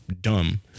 dumb